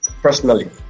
personally